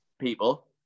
people